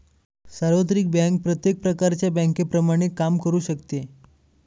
सार्वत्रिक बँक प्रत्येक प्रकारच्या बँकेप्रमाणे काम करू शकते